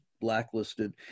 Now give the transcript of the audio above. blacklisted